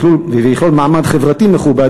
ויכלול מעמד חברתי מכובד,